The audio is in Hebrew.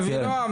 אבינעם,